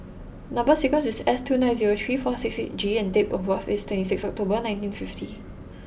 number sequence is S two nine zero three four six eight G and date of birth is twenty six October nineteen fifty